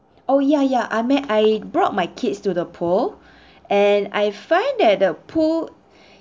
oh ya ya I met I brought my kids to the pool and I find that the pool